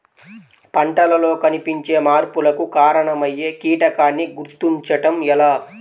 పంటలలో కనిపించే మార్పులకు కారణమయ్యే కీటకాన్ని గుర్తుంచటం ఎలా?